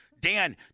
Dan